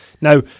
Now